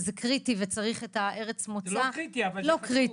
קריטי וצריך את ארץ המוצא -- זה לא קריטי אבל זה חשוב.